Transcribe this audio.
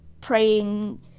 praying